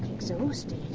exhausted.